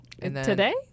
Today